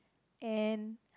and